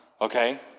Okay